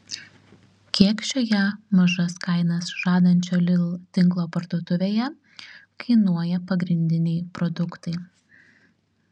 kiek šioje mažas kainas žadančio lidl tinklo parduotuvėje kainuoja pagrindiniai produktai